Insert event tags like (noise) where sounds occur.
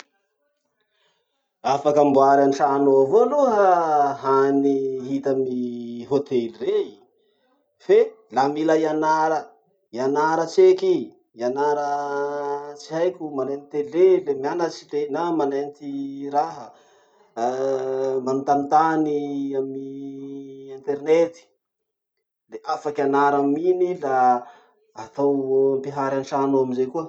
Afaky amboary antrano ao avao aloha hany hita amy hotely rey fe la mila ianara ianara tseky i, ianara tsy haiko manenty tele le mianatsy le na manenty raha. (hesitation) manotanitany amy internet. Le afaky ianara aminy i la atao ampihary antrano ao amizay koa.